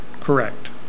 correct